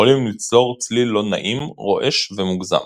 יכולים ליצור צליל לא נעים, רועש ומוגזם.